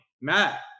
Matt